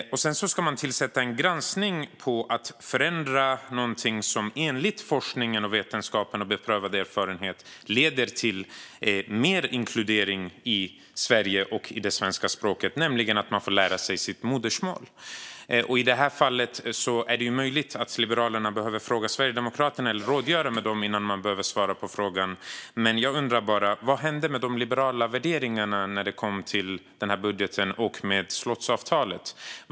Dessutom vill Liberalerna tillsätta en granskning för att förändra någonting som enligt forskning, vetenskap och beprövad erfarenhet leder till mer inkludering i Sverige och det svenska språket, nämligen att man får lära sig sitt modersmål. I det här fallet är det ju möjligt att Liberalerna behöver fråga Sverigedemokraterna eller rådgöra med dem innan man kan svara på frågan. Jag undrar bara: Vad hände med de liberala värderingarna när det kom till den här budgeten och slottsavtalet?